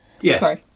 Yes